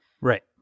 Right